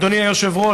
אדוני היושב-ראש,